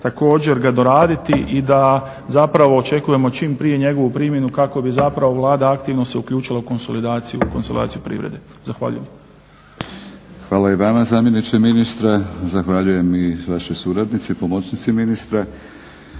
također ga doraditi i da zapravo očekujemo čim prije njegovu primjenu kako bi zapravo Vlada aktivno se uključila u konsolidaciju privrede. Zahvaljujem. **Batinić, Milorad (HNS)** Hvala i vama zamjeniče ministra. Zahvaljujem i vašoj suradnici, pomoćnici ministra.